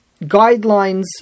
guidelines